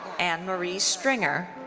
ann marie stringer.